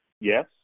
yes